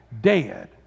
dead